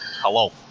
hello